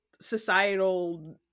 societal